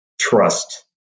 trust